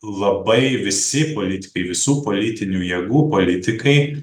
labai visi politikai visų politinių jėgų politikai